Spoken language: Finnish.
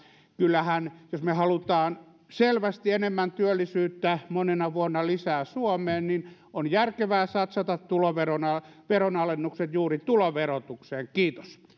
kyllähän jos me haluamme selvästi enemmän työllisyyttä monena vuonna suomeen on järkevää satsata veronalennukset juuri tuloverotukseen kiitos